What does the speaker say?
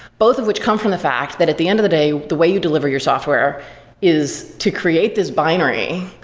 both of which come from the fact that at the end of the day, the way you deliver your software is to create this binary,